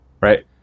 Right